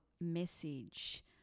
message